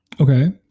Okay